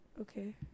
okay